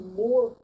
more